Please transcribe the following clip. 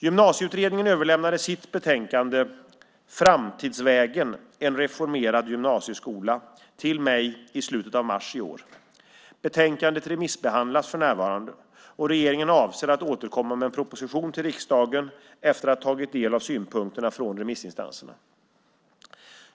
Gymnasieutredningen överlämnade sitt betänkande Framtidsvägen - en reformerad gymnasieskola till mig i slutet av mars i år. Betänkandet remissbehandlas för närvarande. Regeringen avser att återkomma med en proposition till riksdagen efter att ha tagit del av synpunkterna från remissinstanserna.